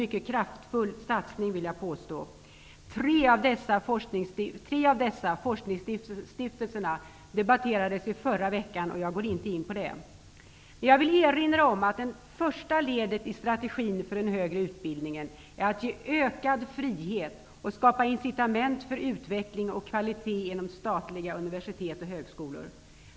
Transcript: Det är alltså en mycket kraftfull satsning. Tre av dessa, forskningsstiftelserna, debatterades i förra veckan. Jag går inte in på det nu. Det första ledet i strategin för den högre utbildningen är att ge ökad frihet och skapa incitament för utveckling och kvalitet inom statliga universitet och högskolor.